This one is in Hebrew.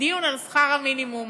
בדיון על שכר המינימום.